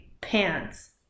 pants